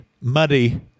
muddy